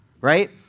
Right